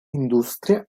industria